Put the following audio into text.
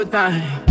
time